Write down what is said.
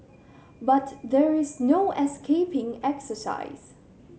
but there is no escaping exercise